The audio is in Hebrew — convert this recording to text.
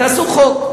תעשו חוק.